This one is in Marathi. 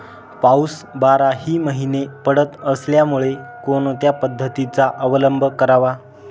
पाऊस बाराही महिने पडत असल्यामुळे कोणत्या पद्धतीचा अवलंब करावा?